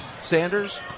Sanders